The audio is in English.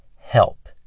Help